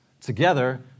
together